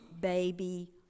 baby